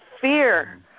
fear